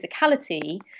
physicality